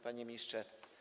Panie Ministrze!